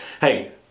hey